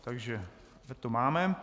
Takže to máme.